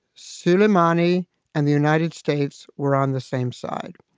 suleimani and the united states were on the same side.